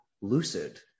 lucid